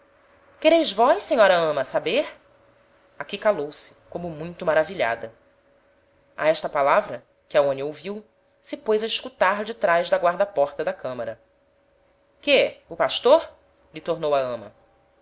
quereis vós senhora ama saber aqui calou-se como muito maravilhada a esta palavra que aonia ouviu se pôs a escutar detraz da guarda porta da camara quê o pastor lhe tornou a ama